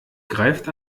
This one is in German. greift